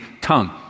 tongue